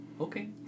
Okay